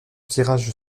tirage